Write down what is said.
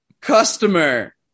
customer